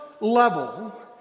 level